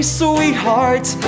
sweetheart